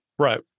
Right